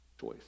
choice